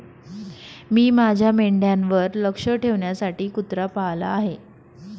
मी माझ्या मेंढ्यांवर लक्ष ठेवण्यासाठी कुत्रा पाळला आहे